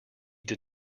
did